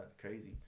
crazy